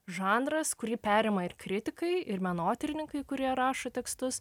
žanras kurį perima ir kritikai ir menotyrininkai kurie rašo tekstus